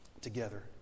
together